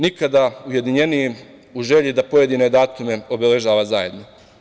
Nikada ujedinjeniji u želji da pojedine datume obeležava zajedno.